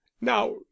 now